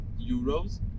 euros